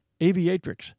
aviatrix